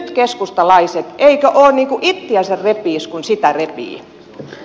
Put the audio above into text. eikö oo niin kuin ittiänsä repiis kun sitä repii